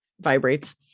vibrates